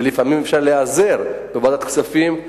ולפעמים אפשר להיעזר בוועדת הכספים: